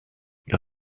ihr